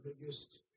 biggest